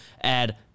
add